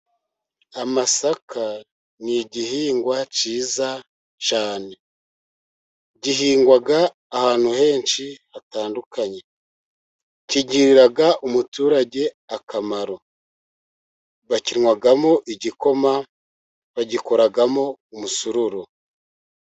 Amasaka ni igihingwa cyiza cyane. Gihingwa ahantu henshi hatandukanye. Kigirira umuturage akamaro, bakinywamo igikoma, bagikoramo umusururu.